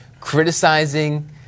criticizing